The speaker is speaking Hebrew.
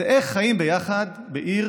וזה איך חיים ביחד בעיר